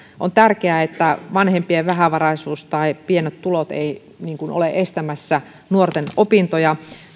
on tärkeää että vanhempien vähävaraisuus tai pienet tulot eivät ole estämässä nuorten opintoja